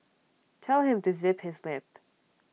tell him to zip his lip